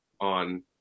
on –